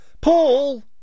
Paul